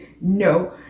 No